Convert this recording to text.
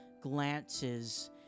glances